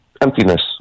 emptiness